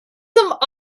some